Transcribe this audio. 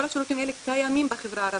אז כל השירותים האלה קיימים בחברה הערבית,